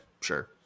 Sure